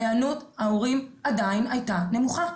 היענות ההורים עדיין הייתה נמוכה,